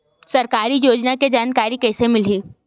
सरकारी योजना के जानकारी कइसे मिलही?